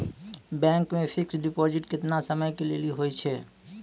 Bank मे fixed deposit केतना समय के लेली होय छै?